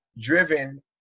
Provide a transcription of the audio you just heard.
driven